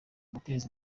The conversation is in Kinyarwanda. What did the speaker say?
guteza